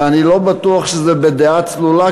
ואני לא בטוח שזה בדעה צלולה,